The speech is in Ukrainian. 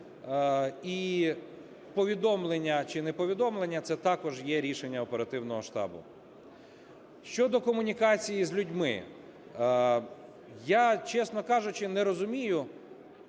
І повідомлення чи неповідомлення – це також є рішення оперативного штабу. Щодо комунікації з людьми. Я, чесно кажучи, не розумію,